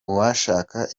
uwashaka